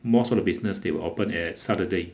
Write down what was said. most of the business they will open at saturday